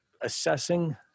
assessing